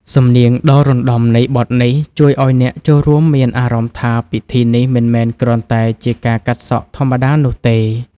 សំនៀងដ៏រណ្តំនៃបទនេះ ជួយឱ្យអ្នកចូលរួមមានអារម្មណ៍ថា ពិធីនេះមិនមែនគ្រាន់តែជាការកាត់សក់ធម្មតានោះទេ